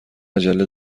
عجله